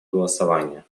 голосования